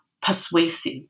persuasive